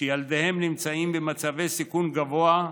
שילדיהן נמצאים במצבי סיכון גבוה,